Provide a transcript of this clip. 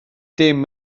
dim